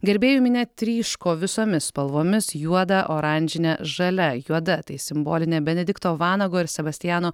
gerbėjų minia tryško visomis spalvomis juoda oranžine žalia juoda tai simbolinė benedikto vanago ir sebastiano